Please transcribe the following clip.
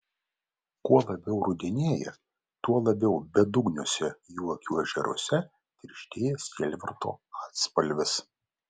kuo labiau rudenėja tuo labiau bedugniuose jų akių ežeruose tirštėja sielvarto atspalvis